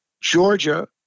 Georgia